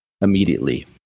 immediately